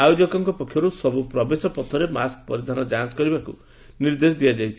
ଆୟୋଜକଙ୍କ ପକ୍ଷରୁ ସବୁ ପ୍ରବେଶ ପଥରେ ମାସ୍କ ପରିଧାନ ଯାଞ କରିବାକୁ ନିର୍ଦ୍ଦେଶ ଦିଆଯାଇଛି